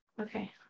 okay